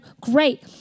great